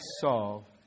solve